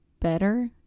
better